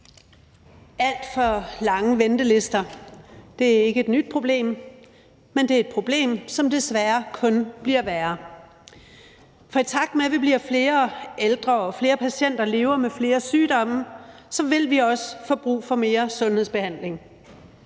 Alt for lange ventelister er ikke et nyt problem, men det er et problem, som desværre kun bliver værre. For i takt med at vi bliver flere ældre og flere patienter lever med flere sygdomme, vil vi også få brug for mere sundhedsbehandling.